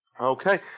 Okay